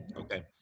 Okay